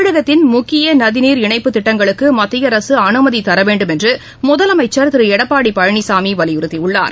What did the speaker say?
தமிழகத்தின் முக்கிய நதிநீர் இணைப்புத் திட்டங்களுக்கு மத்திய அரசு அனுமதி தர ந வேண்டும் என்று முதலமைச்சர் திரு எடப்பாடி பழனிசாமி வலியுறுத்தியுள்ளார்